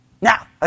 Now